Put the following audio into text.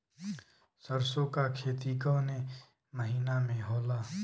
सरसों का खेती कवने महीना में होला?